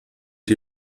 die